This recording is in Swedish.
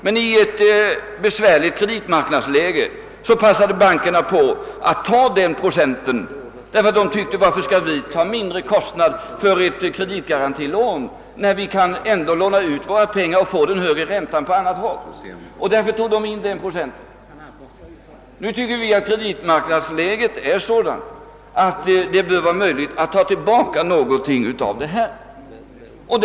Men i ett besvärligt kreditmarknadsläge passade bankerna på att ta denna procent, därför att de frågade sig varför de skulle ta ut en mindre kostnad för ett kreditgarantilån, när de kunde låna ut sina pengar på annat håll och få högre ränta. Nu tycker vi att kreditmarknadsläget är sådant, att det bör vara möjligt att ta tillbaka någonting av denna ränteskillnad.